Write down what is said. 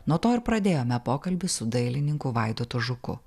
nuo to ir pradėjome pokalbį su dailininku vaidotu žuku